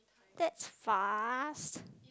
that's fast